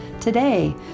Today